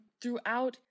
throughout